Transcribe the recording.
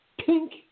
Pink